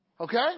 Okay